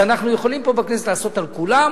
אז אנחנו יכולים פה, בכנסת, לעשות על כולם,